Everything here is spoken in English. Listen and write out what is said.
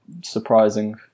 surprising